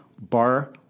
bar